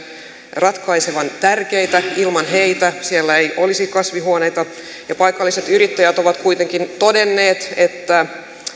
ratkaisevan tärkeitä ilman heitä siellä ei olisi kasvihuoneita paikalliset yrittäjät ovat kuitenkin todenneet että